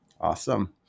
Awesome